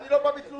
אני לא בא בתלונות.